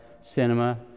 cinema